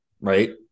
Right